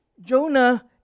jonah